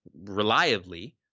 reliably